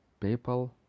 paypal